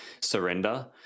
surrender